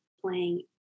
playing